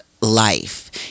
life